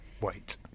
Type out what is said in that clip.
wait